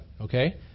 okay